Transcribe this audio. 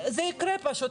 זה יקרה פשוט.